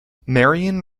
marion